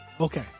Okay